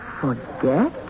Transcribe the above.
Forget